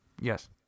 Yes